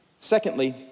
Secondly